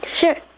Sure